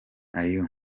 ayew